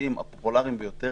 התחרותיים הפופולריים ביותר